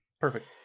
perfect